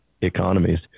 economies